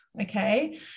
okay